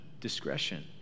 discretion